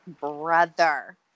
Brother